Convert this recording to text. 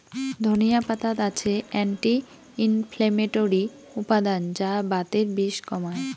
ধনিয়া পাতাত আছে অ্যান্টি ইনফ্লেমেটরি উপাদান যা বাতের বিষ কমায়